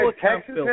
Texas